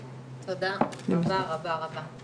תודה רבה רבה.